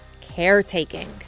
caretaking